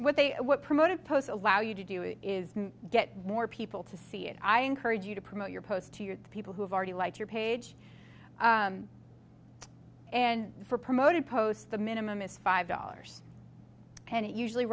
what they what promoted post allow you to do it is get more people to see it i encourage you to promote your posts to your people who have already like your page and for promoted posts the minimum is five dollars and it usually